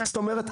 זאת אומרת,